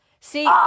See